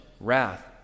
wrath